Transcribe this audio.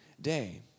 day